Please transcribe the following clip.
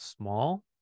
small